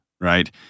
right